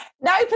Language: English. No